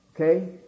Okay